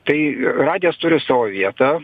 tai radijas turi savo vietą